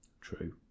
True